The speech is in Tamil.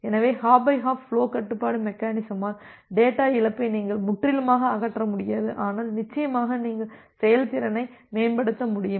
எனவே ஹாப் பை ஹாப் ஃபுலோ கட்டுப்பாட்டு மெக்கெனிசமால் டேட்டா இழப்பை நீங்கள் முற்றிலுமாக அகற்ற முடியாது ஆனால் நிச்சயமாக நீங்கள் செயல்திறனை மேம்படுத்த முடியும்